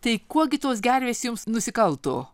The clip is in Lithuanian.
tai kuo gi tos gervės jums nusikalto